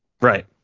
Right